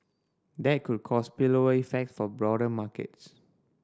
that could cause spillover effects for broader markets